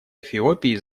эфиопии